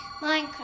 minecraft